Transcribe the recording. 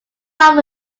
lot